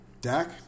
Dak